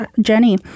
Jenny